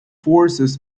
forces